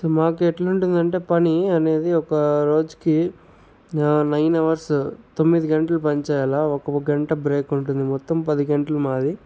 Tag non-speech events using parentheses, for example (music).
so మాకెట్లుంటుందంటే పని అనేది ఒక రోజుకి నైన్ అవర్సు తొమ్మిది గంటలు పని చేయాలి (unintelligible) ఒక గంట బ్రేక్ ఉంటుంది మొత్తం పది గంటలు మాది